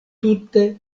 tute